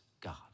God